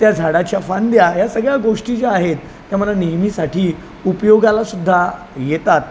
त्या झाडाच्या फांद्या या सगळ्या गोष्टी ज्या आहेत त्या मला नेहमीसाठी उपयोगाला सुद्धा येतात